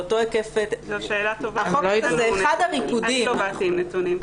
לא באתי עם נתונים.